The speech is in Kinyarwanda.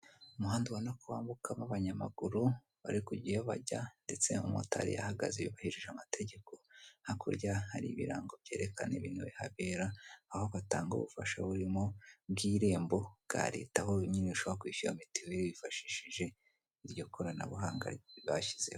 Umuhanda ubona ko wambukamo abanyamaguru ngo bari kujyayo bajya ndetse n'umumotari yahagaze yubahirije amategeko hakurya hari ibirango byerekana ibintu bihabera aho batanga ubufasha burimo bw'irembo bwa Leta aho nyine ushobora kwishyura metiweli hifashishije iryo koranabuhanga bashyizeho.